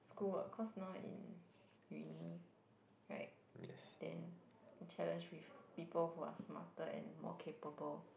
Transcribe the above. school work cause now in uni right then the challenge with people who are more smarter and more capable